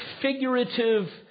figurative